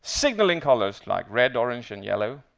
signalling colours, like red, orange and yellow,